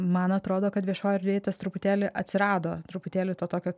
man atrodo kad viešoj erdvėj tas truputėlį atsirado truputėlį to tokio